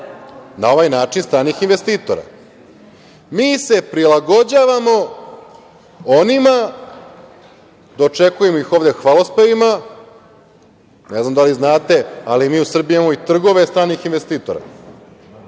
na ovaj način stranih investitora. Mi se prilagođavamo onima, dočekujemo ih ovde hvalospevima, ne znam da li znate, ali mi u Srbiji imamo i trgove stranih investitora.